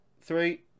Three